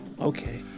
Okay